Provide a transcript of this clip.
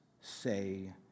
say